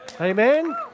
Amen